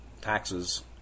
taxes